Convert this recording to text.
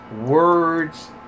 words